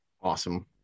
Awesome